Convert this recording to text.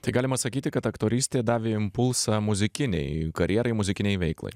tai galima sakyti kad aktorystė davė impulsą muzikinei karjerai muzikinei veiklai